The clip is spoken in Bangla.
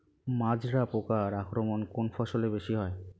মাজরা পোকার আক্রমণ কোন ফসলে বেশি হয়?